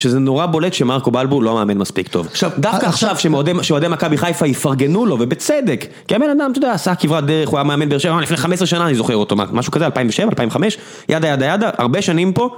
שזה נורא בולט שמרקו בלבו הוא לא מאמן מספיק טוב. עכשיו דווקא עכשיו שאוהדי מכבי חיפה יפרגנו לו ובצדק, כי היה בן אדם שאתה יודע עשה כברת דרך והוא היה מאמן באר שבע לפני 15 שנה אני זוכר אותו משהו כזה 2007, 2005, ידה ידה ידה הרבה שנים פה